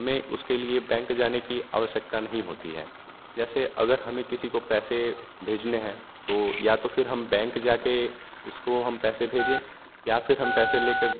हमें उसके लिए बैंक जाने की आवश्यकता नहीं होती है जैसे अगर हमें किसी को पैसे भेजने हैं तो या तो फिर हम बैंक जाके उसको हम पैसे भेजे या फिर हम पैसे लेकर